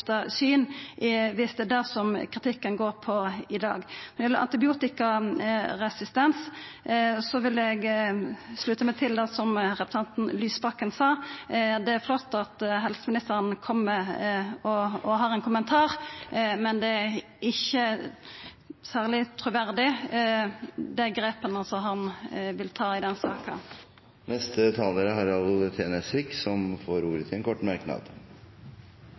skifta syn, viss det er det kritikken går på i dag. Når det gjeld antibiotikaresistens, vil eg slutta meg til det som representanten Lysbakken sa. Det er flott at helseministeren kjem og har ein kommentar, men det er ikkje særleg truverdig med dei grepa han vil ta i den saka. Representanten Harald T. Nesvik har hatt ordet to ganger tidligere og får ordet til en kort merknad,